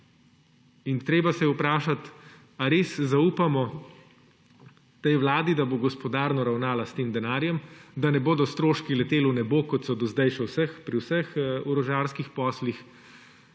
Treba se je vprašati, ali res zaupamo tej vladi, da bo gospodarno ravnala s tem denarjem, da ne bodo stroški leteli v nebo, kot so do zdaj še pri vseh orožarskih poslih,